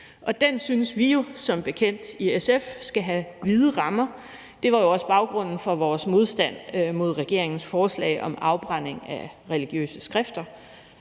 den synes vi i SF som bekendt skal have vide rammer. Det var jo også baggrunden for vores modstand mod regeringens forslag om afbrænding af religiøse skrifter.